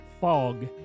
fog